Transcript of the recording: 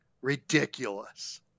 Ridiculous